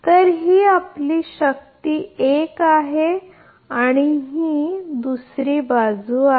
तर ही आपली शक्ती आहे 1 आणि ही बाजू 2 आहे